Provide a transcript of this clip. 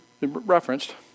referenced